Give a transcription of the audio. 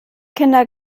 kinder